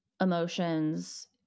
emotions